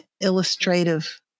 illustrative